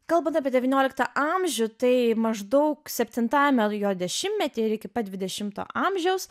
kalbant apie devynioliktą amžių tai maždaug septintajame jo dešimtmetyje ir iki pat dvidešimto amžiaus